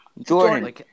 Jordan